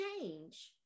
change